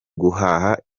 guhaha